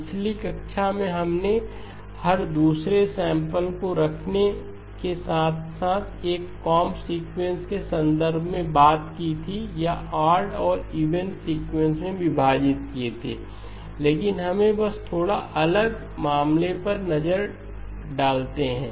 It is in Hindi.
पिछली कक्षा में हमने हर दूसरे सैंपलको रखने के साथ एक कोंब सीक्वेंस के संदर्भ में बात की थी या ओड और इवन सीक्वेंस में विभाजित किए थे लेकिन हमें बस थोड़ा अलग मामले पर नजर डालते हैं